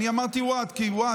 אני אמרתי what כי what